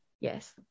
Yes